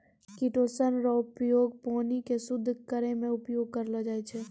chitosan रो उपयोग पानी के शुद्ध करै मे उपयोग करलो जाय छै